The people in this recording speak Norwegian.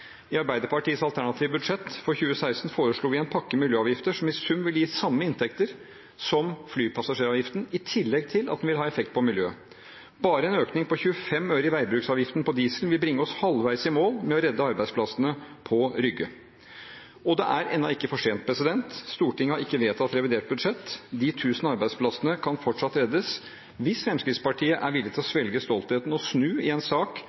I Arbeiderpartiets alternative budsjett for 2016 foreslo vi en pakke med miljøavgifter som i sum vil gi samme inntekter som flypassasjeravgiften, i tillegg til at den vil ha effekt på miljøet. En økning på bare 25 øre i veibruksavgiften på diesel vil bringe oss halvveis i mål med å redde arbeidsplassene på Rygge. Og det er ennå ikke for sent. Stortinget har ikke vedtatt revidert budsjett. De 1 000 arbeidsplassene kan fortsatt reddes hvis Fremskrittspartiet er villig til å svelge stoltheten og snu i en sak